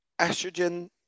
Estrogen